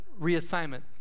reassignment